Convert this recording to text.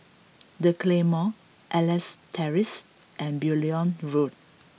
the Claymore Elias Terrace and Beaulieu Road